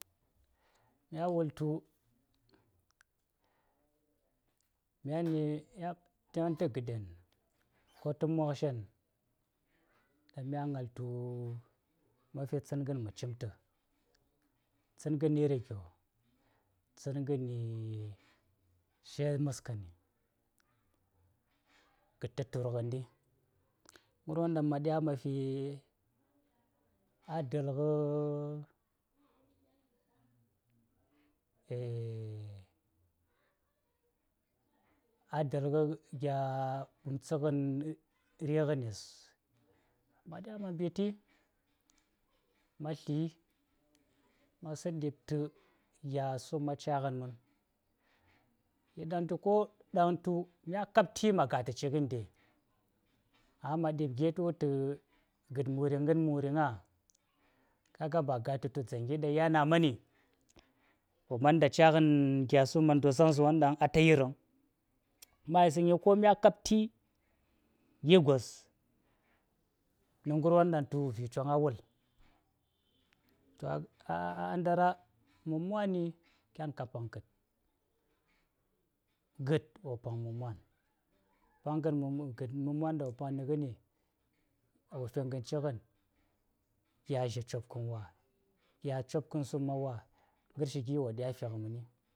﻿Mya wul tu myani, myan ta gaɗen ko ta mokshen, ɗan mya ŋal tu ma̱ fi tsangan ma cimta. Tsangan iri gyo? tsangan se maskan; gadta-tur ngandi. ngarwon ɗaŋ ma̱ ɗya ma̱ fi a dalgh a dal gha gya ngan fi ghen rɨgheni. Ma̱ ɗya ma̱ mbiti, ma sla, ma̱ slaŋ ɗipta gya samma ca ghan man don tu ko in mya kapti: ma̱ ga tə ci yiŋde. Amma de vies ta wultu ‘gad muri, ngan muri’ ŋa? Ka ga ba ka gata tu ta ya na mani, wo man nda ca ghen gya samma ndosaŋsa won ɗaŋ a ta yir vaŋ. ma̱ yisaŋay ko mya kapti, gi gwos, na ngarwon ɗaŋ tu na Chong a wul, a ndara mum mwani ɗaŋ ka paŋ gad; gad, wo paŋ mum mwan. Paŋgan mum mwan, mum mwan nda wo gad wo fi ngatn cighan, gya zha-copkan wa; gya copkan samma wa, ngarshi gi wo ɗya fgih men